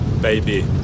baby